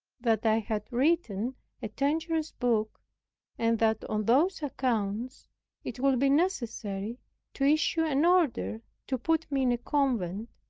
that i had written a dangerous book and that on those accounts it would be necessary to issue an order to put me in a convent,